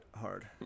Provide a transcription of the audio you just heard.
hard